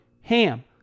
HAM